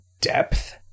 depth